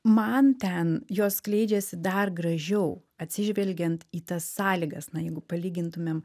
man ten jos skleidžiasi dar gražiau atsižvelgiant į tas sąlygas na jeigu palygintumėm